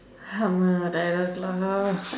அம்மா:ammaa tireda இருக்கு:irukku lah